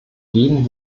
geben